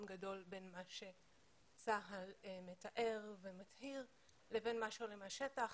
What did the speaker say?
גדול בין מה שצה"ל מתאר ומצהיר לבין מה שעולה מהשטח,